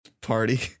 Party